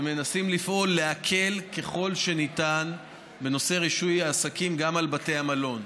ומנסים לפעול ולהקל ככל שניתן בנושא רישוי העסקים על בתי המלון,